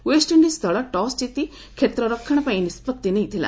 West Indies ଦଳ toss ଜିତି କ୍ଷେତ୍ର ରକ୍ଷଣ ପାଇଁ ନିଷ୍କତ୍ତି ନେଇଥିଲା